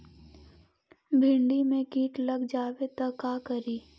भिन्डी मे किट लग जाबे त का करि?